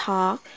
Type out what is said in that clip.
Talk